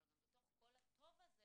אבל גם בתוך כל הטוב הזה